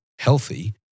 healthy